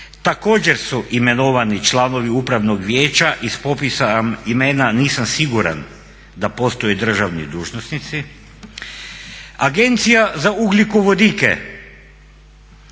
također su imenovani članovi Upravnog vijeća. Iz popisa imena nisam siguran da postoje državni dužnosnici. Agencija za ugljikovodike